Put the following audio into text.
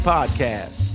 Podcast